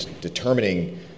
determining